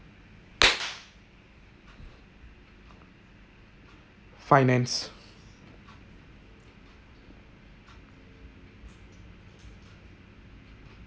finance